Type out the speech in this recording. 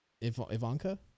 Ivanka